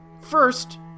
first